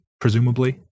presumably